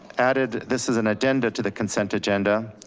added, this as an agenda to the consent agenda,